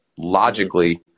Logically